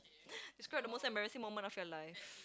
describe the most embarrassing moment of your life